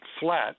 flat